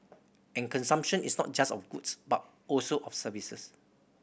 and consumption is not just of goods but also of services